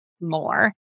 more